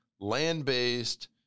land-based